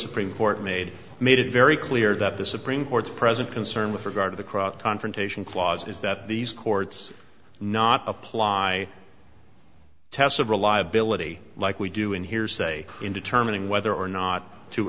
supreme court made made it very clear that the supreme court's present concern with regard to the cross confrontation clause is that these courts not apply tests of reliability like we do in hearsay in determining whether or not to